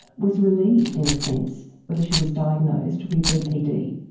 was relieved in a sense, when she was diagnosed with bpd.